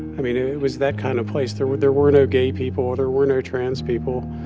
i mean, it was that kind of place. there were there were no gay people. there were no trans people.